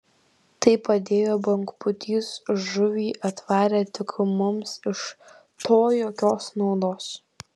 tai padėjo bangpūtys žuvį atvarė tik mums iš to jokios naudos